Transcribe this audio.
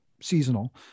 seasonal